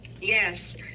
Yes